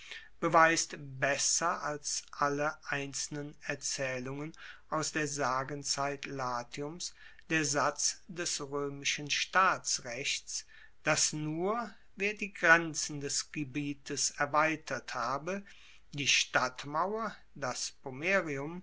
beweist besser als alle einzelnen erzaehlungen aus der sagenzeit latiums der satz des roemischen staatsrechts dass nur wer die grenzen des gebietes erweitert habe die stadtmauer das